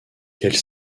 qu’elle